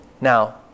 Now